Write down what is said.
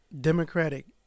democratic